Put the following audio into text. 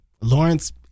Lawrence